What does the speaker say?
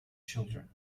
children